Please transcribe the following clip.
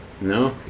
No